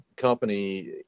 Company